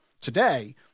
Today